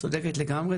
את צודקת לגמרי.